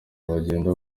bagenda